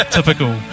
Typical